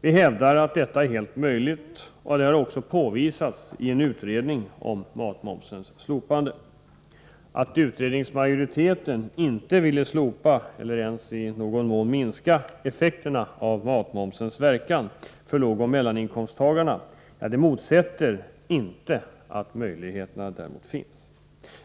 Vi hävdar att detta är helt möjligt, och det har också påvisats i utredningen om matmomsens slopande. Att utredningsmajoriteten inte ville slopa matmomsen — eller ens i någon mån minska effekterna av matmomsens verkan för lågoch mellaninkomsttagarna — motsäger inte att möjligheterna finns.